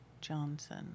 Johnson